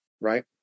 right